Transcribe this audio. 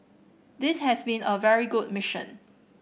this has been a very good mission